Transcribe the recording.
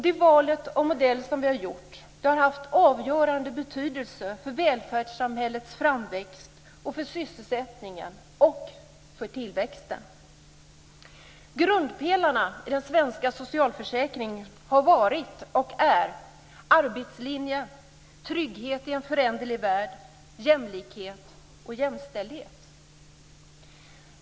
Det val av modell som vi gjort har haft en avgörande betydelse för välfärdssamhällets framväxt, för sysselsättningen och för tillväxten. Grundpelarna i de svenska socialförsäkringarna har varit, och är, arbetslinjen, trygghet i en föränderlig värld, jämlikhet och jämställdhet.